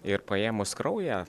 ir paėmus kraują